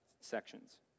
sections